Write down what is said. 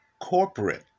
corporate